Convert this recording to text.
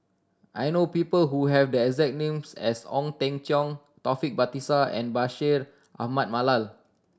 I know people who have the exact name as Ong Teng Cheong Taufik Batisah and Bashir Ahmad Mallal